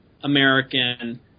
American